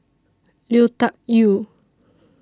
Lui Tuck Yew